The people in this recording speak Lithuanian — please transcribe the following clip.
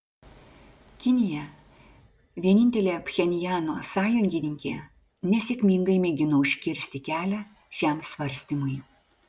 kinija vienintelė pchenjano sąjungininkė nesėkmingai mėgino užkirsti kelią šiam svarstymui